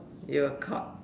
you were caught